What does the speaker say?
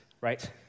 right